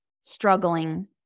struggling